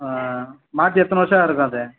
மாற்றி எத்தனை வருஷம் இருக்கும் அது